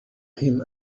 him